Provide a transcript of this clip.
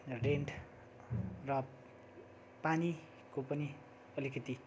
rent र पानीको पनि अलिकति